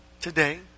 Today